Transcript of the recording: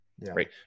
right